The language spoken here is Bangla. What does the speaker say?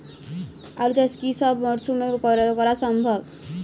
আলু চাষ কি সব মরশুমে করা সম্ভব?